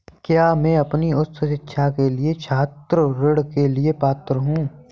क्या मैं अपनी उच्च शिक्षा के लिए छात्र ऋण के लिए पात्र हूँ?